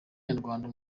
nyarwanda